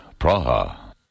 Praha